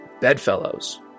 Bedfellows